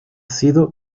sido